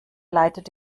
leitet